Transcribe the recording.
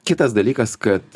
kitas dalykas kad